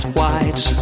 white